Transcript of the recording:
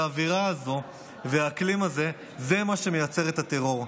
והאווירה הזו והאקלים הזה הם מה שמייצר את הטרור.